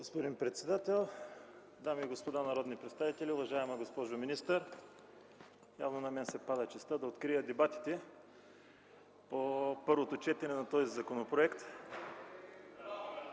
господин председател, уважаеми дами и господа народни представители, уважаема госпожо министър! Явно на мен се пада честта да открия дебатите по първото четене на този законопроект.